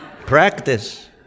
Practice